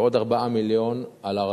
ועוד 4 מיליון שקל, על הר-הזיתים.